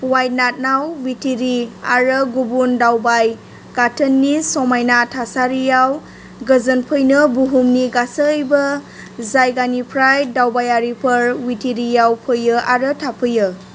वायनाडआव विथिरी आरो गुबुन दावबाय गाथोननि समायना थासारियाव गोजोनफैनो बुहुमनि गासैबो जायगानिफ्राय दावबायारिफोर विथिरीयाव फैयो आरो थाफैयो